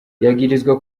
yagirizwa